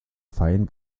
fein